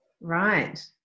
right